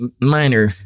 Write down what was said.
Minor